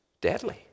Deadly